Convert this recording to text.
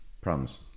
Problems